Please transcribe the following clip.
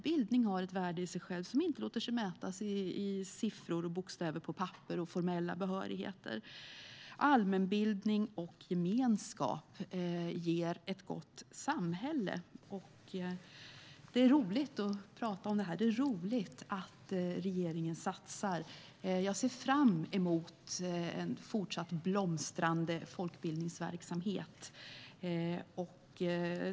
Bildning har ett värde i sig själv som inte låter sig mätas med siffror och bokstäver på papper och i formella behörigheter. Allmänbildning och gemenskap ger ett gott samhälle. Det är roligt att prata om det här. Det är också roligt att regeringen satsar. Jag ser fram emot en fortsatt blomstrande folkbildningsverksamhet.